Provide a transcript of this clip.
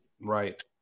Right